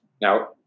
now